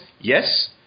Yes